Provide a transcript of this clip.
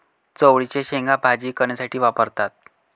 चवळीच्या शेंगा भाजी करण्यासाठी वापरतात